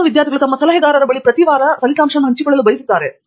ಕೆಲವು ವಿದ್ಯಾರ್ಥಿಗಳು ತಮ್ಮ ಸಲಹೆಗಾರರನ ಬಳಿ ಪ್ರತಿ ವಾರ ಹಂಚಿಕೊಳ್ಳಲು ಬಯಸುತ್ತಾರೆ